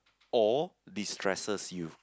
or destresses you